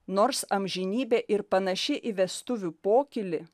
nors amžinybė ir panaši į vestuvių pokylį